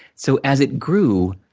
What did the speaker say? so, as it grew.